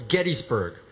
Gettysburg